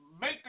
make